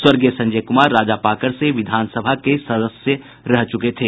स्वर्गीय संजय कुमार राजापाकड़ से विधानसभा के सदस्य रह चुके थे